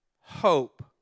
hope